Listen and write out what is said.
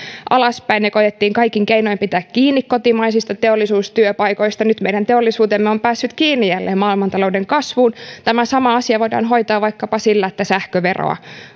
ja koetettiin kaikin keinoin pitää kiinni kotimaisista teollisuustyöpaikoista nyt meidän teollisuutemme on päässyt jälleen kiinni maailmantalouden kasvuun tämä sama asia voidaan hoitaa vaikkapa sillä että sähköveroa